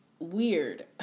weird